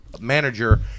manager